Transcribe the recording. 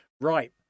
Right